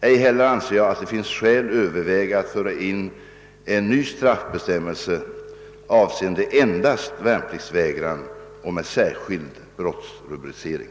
Ej heller anser jag att det finns skäl överväga att föra in en ny straffbestämmelse, avseende endast värnpliktsvägran och med särskild brottsrubricering.